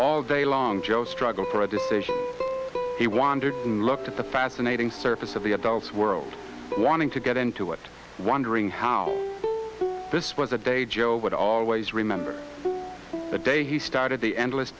all day long joe struggled for a decision he wandered in looked at the fascinating surface of the adults world wanting to get into it wondering how this was the day joe would always remember the day he started the endless